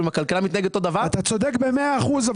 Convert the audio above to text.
עם הכלכלה מתנהג אותו דבר --- אתה צודק במאה אחוז.